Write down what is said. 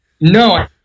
No